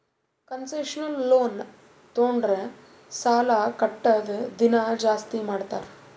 concessional loan ತೊಂಡುರ್ ಸಾಲಾ ಕಟ್ಟದ್ ದಿನಾ ಜಾಸ್ತಿ ಮಾಡ್ತಾರ್